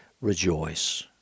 rejoice